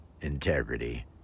Integrity